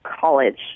college